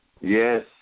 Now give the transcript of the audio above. Yes